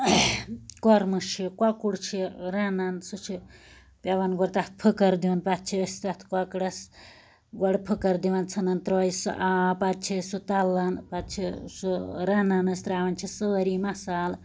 کوٚرمہ چھ کۄکُر چھ رنان سُہ چھ گۄڈٕ پیٚوان تتھ گۄڈٕ پھُکُر دیُن پَتہٕ چھِ أسۍ تتھ کوکرَس گۄڈٕ پھُکر دوان ژھٕنان ترٲیِتھ سُہ آب پَتہٕ چھِ أسۍ سُہ تَلان پَتہٕ چھِ سُہ رنان أسۍ تراوان چھِس سٲرے مَسالہ